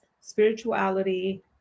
spirituality